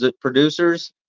producers